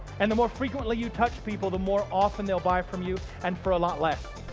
and the more frequently you touch people, the more often they'll buy from you and for a lot less.